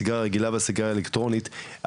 הסיגריה רגילה וסיגריה אלקטרונית,